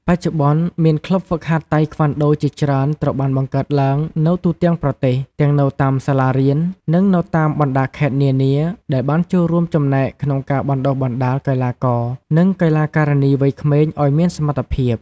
បច្ចុប្បន្ន មានក្លិបហ្វឹកហាត់តៃក្វាន់ដូជាច្រើនត្រូវបានបង្កើតឡើងនៅទូទាំងប្រទេស ទាំងនៅតាមសាលារៀន និងនៅតាមបណ្ដាខេត្តនានា ដែលបានចូលរួមចំណែកក្នុងការបណ្ដុះបណ្ដាលកីឡាករ និងកីឡាការិនីវ័យក្មេងឱ្យមានសមត្ថភាព។